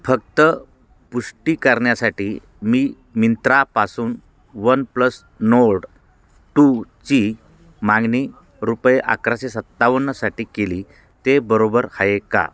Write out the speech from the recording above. फक्त पुष्टी करण्यासाठी मी मिंत्रापासून वन प्लस नोड टूची मागणी रुपये अकराशे सत्तावन्नसाठी केली ते बरोबर आहे का